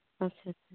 ᱟᱪᱪᱷᱟ ᱟᱪᱪᱷᱟ